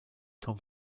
tom